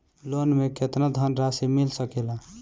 Loan मे केतना धनराशी मिल सकेला?